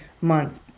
months